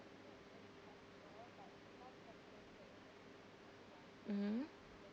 mm